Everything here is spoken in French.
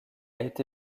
été